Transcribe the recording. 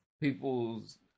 people's